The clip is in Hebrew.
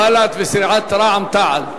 בל"ד ורע"ם-תע"ל,